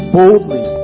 boldly